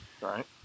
Right